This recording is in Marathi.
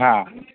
हा